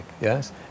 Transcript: yes